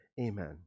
amen